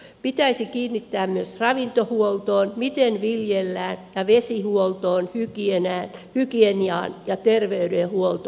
pitäisi kiinnittää huomiota myös ravintohuoltoon miten viljellään ja vesihuoltoon hygieniaan ja terveydenhuoltoon